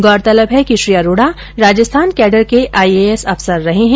गौरतलब है कि Shri Arora Rajasthan cadre I A S एस अफसर रहे है